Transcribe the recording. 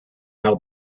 how